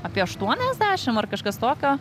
apie aštuoniadsešim ar kažkas tokio